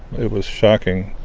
it was shocking